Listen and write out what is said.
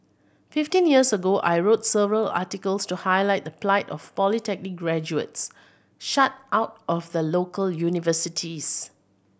fifteen years ago I wrote several articles to highlight the plight of polytechnic graduates shut out of the local universities